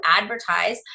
advertise